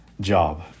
job